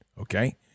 Okay